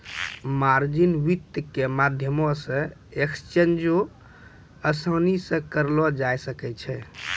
margin वित्त के माध्यमो से एक्सचेंजो असानी से करलो जाय सकै छै